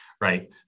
right